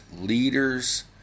leaders